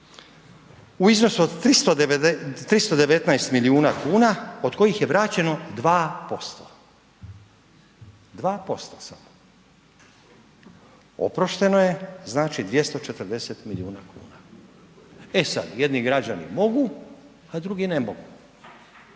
u iznosu od 319 milijuna kuna od kojih je vraćeno 2%, 2% oprošteno je znači 240 milijuna kuna. E sada jedni građani mogu, a drugi ne mogu,